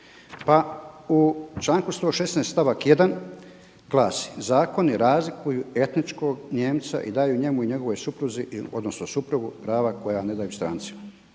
Pa u članku 116. stavak 1. glasi: „Zakoni razlikuju etičnog Nijemca i daju njemu i njegovoj supruzi odnosno suprugu prava koja ne daju strancima“.